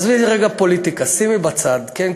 עזבי רגע פוליטיקה, שימי בצד.